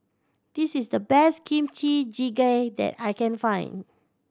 this is the best Kimchi Jjigae that I can find